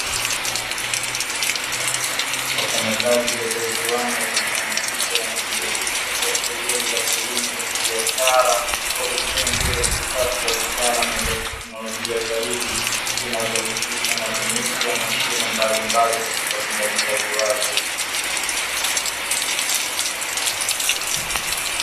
Wafanyakazi katika kiwanda kilichojikita na kujidhatiti katika shughuli za kilimo za kibiashara, kwa kutumia njia za kisasa za kitaalam na za teknolojia zaidi, zinazohusisha matumizi ya mashine mbalimbali katika utendaji kazi wake.